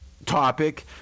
Topic